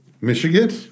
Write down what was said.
Michigan